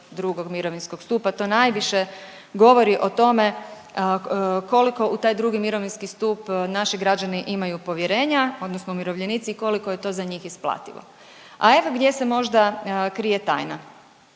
II. mirovinskog stupa i to najviše govori o tome koliko u taj drugi mirovinski stup naši građani imaju povjerenja odnosno umirovljenici i koliko je to za njih isplativo. A evo gdje se možda krije tajna?